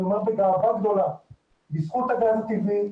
אומר בגאווה גדולה שבזכות הגז הטבעי,